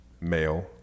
male